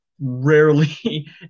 rarely